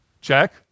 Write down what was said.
check